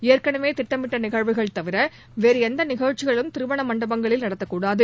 ஏற்கனவே திட்டமிட்ட நிகழ்வுகள் தவிர வேறு எந்த நிகழ்ச்சிகளும் திருமண மண்டபங்களில் நடத்தக்கூடாது